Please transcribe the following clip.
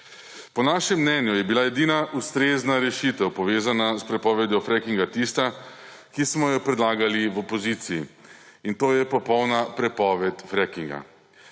Po našem mnenju je bila edina ustrezna rešitev, povezana s prepovedjo frackinga, tista, ki smo jo predlagali v opoziciji, in to je popolna prepoved frackinga.